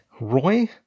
Roy